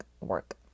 work